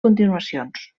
continuacions